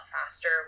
faster